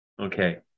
Okay